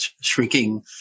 shrinking